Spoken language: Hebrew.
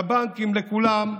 לבנקים, לכולם,